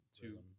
two